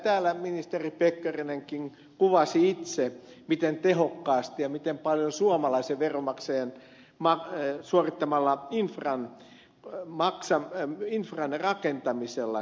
täällä ministeri pekkarinenkin kuvasi itse miten tehokkaasti ja miten paljon tämä hyödyntäminen tapahtuu suomalaisen veronmaksajan suorittamalla infran rakentamisella